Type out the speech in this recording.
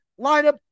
lineup